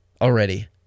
already